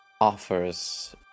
offers